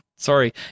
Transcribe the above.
Sorry